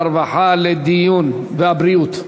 הרווחה והבריאות נתקבלה.